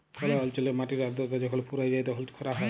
call অল্চলে মাটির আদ্রতা যখল ফুরাঁয় যায় তখল খরা হ্যয়